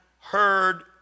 heard